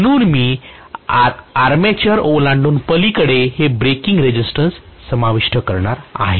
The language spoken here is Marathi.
म्हणून मी आर्मॅचर ओलांडून पलीकडे हे ब्रेकिंग रेझिस्टन्स समाविष्ट करीत आहे